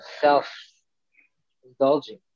self-indulging